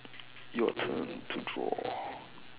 your turn to draw